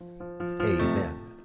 amen